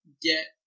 get